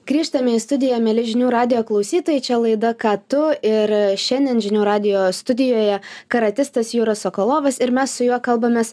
grįžtame į studiją mieli žinių radijo klausytojai čia laida ką tu ir šiandien žinių radijo studijoje karatistas juras sokolovas ir mes su juo kalbamės